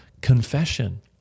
confession